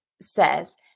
says